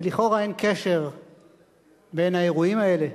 לכאורה אין קשר בין האירועים האלה,